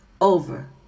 over